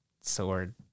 sword